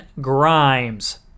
Grimes